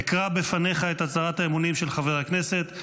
אקרא בפניך את הצהרת האמונים של חבר הכנסת,